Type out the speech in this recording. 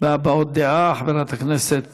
מביעות הדעה, חברת הכנסת